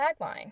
tagline